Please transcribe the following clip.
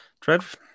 Trev